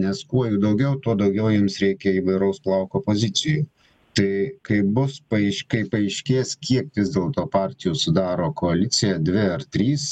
nes kuo jų daugiau tuo daugiau jiems reikia įvairaus plauko opozicijų tai kaip bus paaiškė paaiškės kiek vis dėlto partijų sudaro koaliciją dvi ar trys